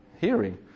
Hearing